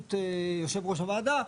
בראשות יושב ראש הוועדה,